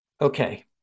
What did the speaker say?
Okay